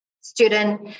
student